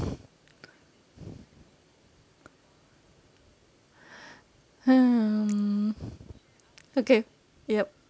hmm okay yup